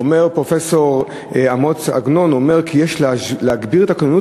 ואומר פרופסור אמוץ עגנון שיש להגביר את הכוננות